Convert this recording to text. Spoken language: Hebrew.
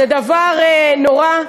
זה דבר נורא,